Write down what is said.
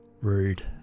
rude